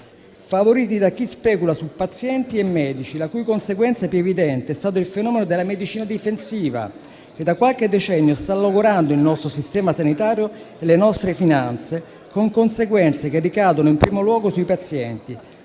favoriti da chi specula su pazienti e medici, la cui conseguenza più evidente è stato il fenomeno della medicina difensiva che da qualche decennio sta logorando il nostro sistema sanitario e le nostre finanze, con conseguenze che ricadono in primo luogo sui pazienti,